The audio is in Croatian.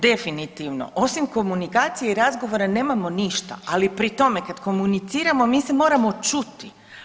Definitivno, osim komunikacije i razgovora nemamo ništa, ali pri tome kad komuniciramo mi se moramo čuti.